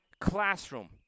classroom